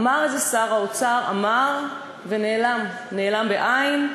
אמר את זה שר האוצר, אמר, ונעלם, נעלם ונאלם.